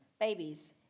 Babies